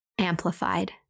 amplified